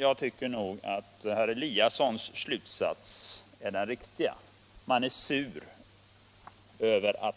Jag tycker nog att herr Eliassons slutsats är den riktiga: man är sur över att